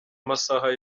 amasaha